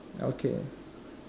okay